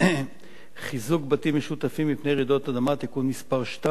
(חיזוק בתים משותפים מפני רעידות אדמה) (תיקון מס' 2),